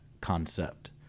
concept